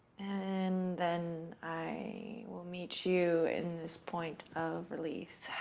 and then i will meet you in this point of release.